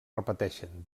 repeteixen